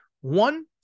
One